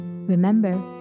Remember